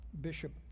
Bishop